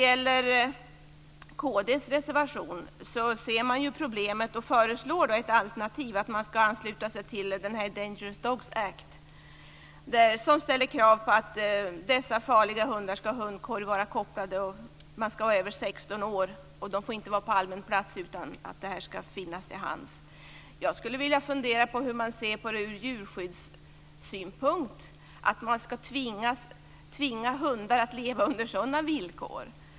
I kd:s reservation ser man problemet och föreslår ett alternativ, nämligen att man ska ansluta sig till Dangerous Dogs Act, som ställer krav på att dessa farliga hundar ska ha munkorg och vara kopplade, att hundägaren ska vara över 16 år och att hundarna inte får vara på allmän plats. Jag funderar på hur man ur djurskyddssynpunkt ser på att hundar ska tvingas att leva under sådana villkor.